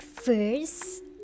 first